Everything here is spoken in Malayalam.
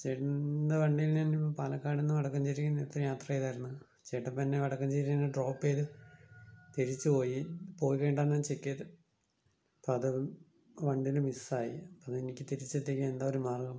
ചേട്ടൻറെ വണ്ടിയിൽ നിന്ന് പാലക്കാട്ന്ന് വടക്കാഞ്ചേരീന്ന് യാത്ര ചെയ്തായിരുന്നു ചേട്ടനിപ്പോൾ എന്നെ വടക്കാഞ്ചേരിന്നു ഡ്രോപ്പ് ചെയ്തു തിരിച്ചു പോയി പോയി കഴിഞ്ഞിട്ടാണ് ഞാൻ ചെക്ക് ചെയ്തത് അപ്പം അത് വണ്ടീന്ന് മിസ്സായി അതെനിക്ക് തിരിച്ചെത്തിക്കാൻ എന്താ ഒരു മാർഗം